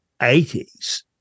80s